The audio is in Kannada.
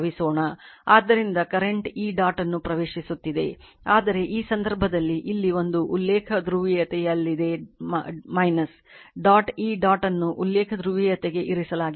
ಆದ್ದರಿಂದ ಕರೆಂಟ್ ಈ ಡಾಟ್ ಅನ್ನು ಪ್ರವೇಶಿಸುತ್ತಿದೆ ಆದರೆ ಈ ಸಂದರ್ಭದಲ್ಲಿ ಇಲ್ಲಿ ಒಂದು ಉಲ್ಲೇಖ ಧ್ರುವೀಯತೆಯಲ್ಲಿದೆ ಡಾಟ್ ಈ ಡಾಟ್ ಅನ್ನು ಉಲ್ಲೇಖ ಧ್ರುವೀಯತೆಗೆ ಇರಿಸಲಾಗುತ್ತದೆ